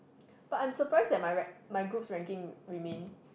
but I'm surprised that my rank~ my group's ranking remain